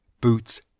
boots